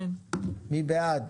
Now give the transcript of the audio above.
מי בעד?